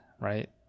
right